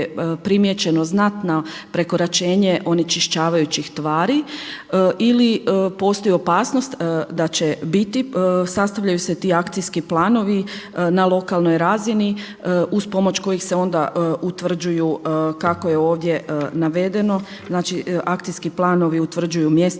primijećeno znatno prekoračenje onečišćavajućih tvari ili postoji opasnost da će biti. Sastavljaju se ti akcijski planovi na lokalnoj razini uz pomoć kojih se onda utvrđuju kao je ovdje navedeno, znači akcijski planovi utvrđuju mjesta